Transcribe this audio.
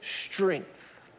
strength